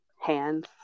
hands